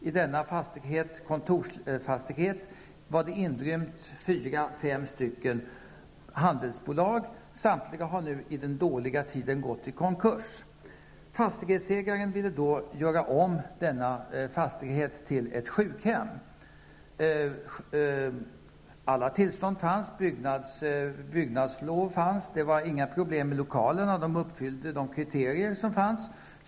I denna kontorsfastighet var fyra fem stycken handelsbolag inrymda. Samtliga har nu i dessa dåliga tider gått i konkurs. Fastighetsägaren ville då göra om denna fastighet till ett sjukhem. Alla tillstånd fanns. Byggnadslov fanns. Det var inga problem med lokalerna. De uppfyllde alla de kriterier som gällde.